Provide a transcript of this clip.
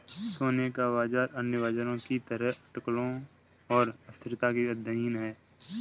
सोने का बाजार अन्य बाजारों की तरह अटकलों और अस्थिरता के अधीन है